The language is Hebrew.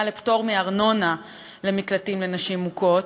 לפטור מארנונה למקלטים לנשים מוכות.